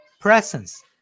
presence